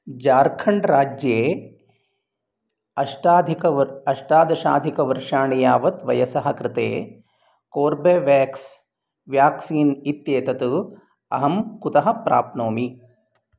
जार्खण्ड् राज्ये अष्टाधिकवर्षम् अष्टादशाधिकवर्षाणि यावत् वयसः कृते कोर्बेवेक्स् व्याक्सीन् इत्येतत् अहं कुतः प्राप्नोमि